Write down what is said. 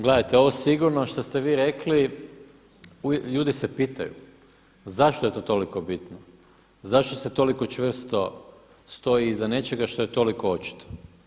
Gledajte, ovo sigurno što ste vi rekli ljudi se pitaju zašto je to toliko bitno, zašto se toliko čvrsto stoji iza nečega što je toliko očito.